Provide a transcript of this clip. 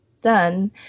done